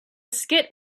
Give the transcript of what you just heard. skit